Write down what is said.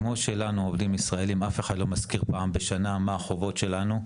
כמו שאצלנו לעובדים הישראלים אף אחד לא מזכיר פעם בשנה מה החובות שלנו,